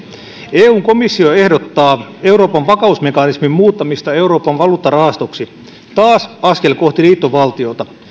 eun komissio ehdottaa euroopan vakausmekanismin muuttamista euroopan valuuttarahastoksi taas askel kohti liittovaltiota